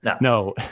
no